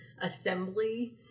assembly